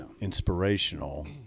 inspirational